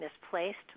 misplaced